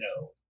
no